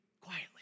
Quietly